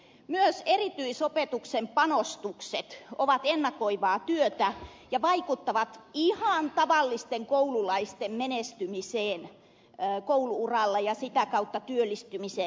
myös erityisopetuksen panostukset ovat ennakoivaa työtä ja vaikuttavat ihan tavallisten koululaisten menestymiseen koulu uralla ja sitä kautta työllistymiseen